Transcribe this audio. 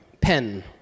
pen